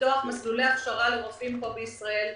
לפתוח מסלולי הכשרה לרופאים פה בישראל.